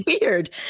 weird